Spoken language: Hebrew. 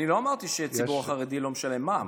אני לא אמרתי שהציבור החרדי לא משלם מע"מ.